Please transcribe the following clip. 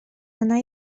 она